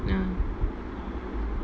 ah